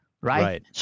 right